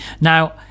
now